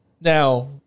Now